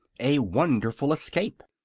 a wonderful escape